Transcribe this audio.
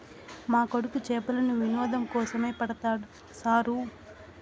మా కొడుకు చేపలను వినోదం కోసమే పడతాడు సారూ